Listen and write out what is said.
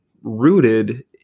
rooted